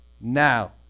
now